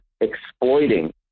exploiting